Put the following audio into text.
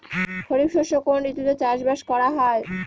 খরিফ শস্য কোন ঋতুতে চাষাবাদ করা হয়?